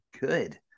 Good